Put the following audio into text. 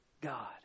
God